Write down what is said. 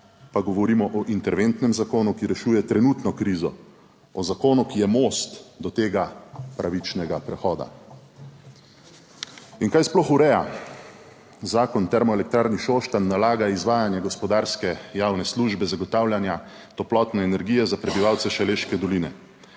pa govorimo o interventnem zakonu, ki rešuje trenutno krizo, o zakonu, ki je most do tega pravičnega prehoda. In kaj sploh ureja Zakon o Termoelektrarni Šoštanj? Nalaga izvajanje gospodarske javne službe zagotavljanja toplotne energije za prebivalce Šaleške doline.